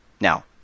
Now